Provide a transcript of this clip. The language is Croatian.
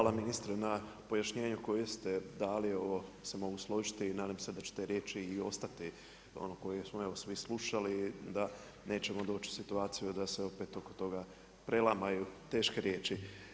Hvala ministre na pojašnjenju koje ste dali, evo ja se mogu složiti i nadam se da će te riječi i ostati ono koje smo evo svi slušali da nećemo doći u situaciju da se opet oko toga prelamaju teške riječi.